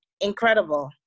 incredible